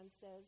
says